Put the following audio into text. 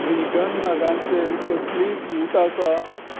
vegan नगांचेर कसलीय suit आसा